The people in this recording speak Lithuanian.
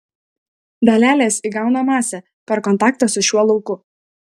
dalelės įgauna masę per kontaktą su šiuo lauku